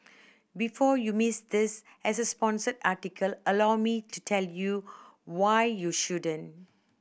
before you miss this as a sponsored article allow me to tell you why you shouldn't